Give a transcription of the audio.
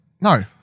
No